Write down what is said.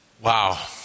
Wow